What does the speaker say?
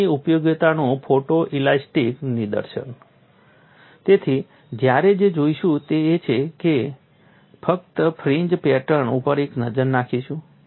પેચની ઉપયોગીતાનું ફોટોઇલાસ્ટીક નિદર્શન તેથી આપણે જે જોઈશું તે એ છે કે આપણે ફક્ત ફ્રિન્જ પેટર્ન ઉપર એક નજર નાખીશું